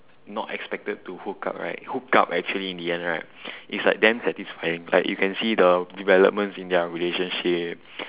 not expected to hook up right hooked up actually in the end right it's like damn satisfying like you can see the developments in their relationship